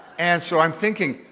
and so i'm thinking,